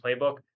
playbook